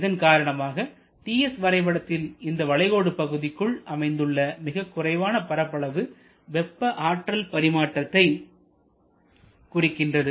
இதன் காரணமாக Ts வரைபடத்தில் இந்த வளைகோடு பகுதிக்குள் அமைந்துள்ள மிகக்குறைவாக பரப்பளவு வெப்ப ஆற்றல் பரிமாற்றத்தை குறிக்கிறது